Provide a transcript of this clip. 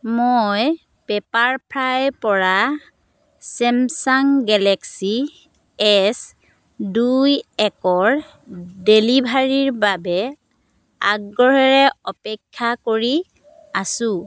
মই পেপাৰফ্ৰাই পৰা Samsung Galaxy S দুই একৰ ডেলিভাৰীৰ বাবে আগ্ৰহেৰে অপেক্ষা কৰি আছো